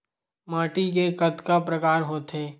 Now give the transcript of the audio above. माटी के कतका प्रकार होथे?